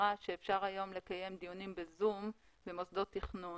אמירה שאפשר היום לקיים דיונים ב-זום במוסדות תכנון